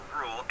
rule